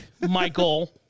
Michael